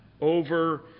over